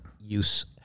use